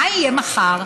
מה יהיה מחר?